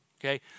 Okay